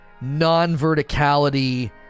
non-verticality